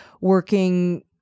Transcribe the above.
working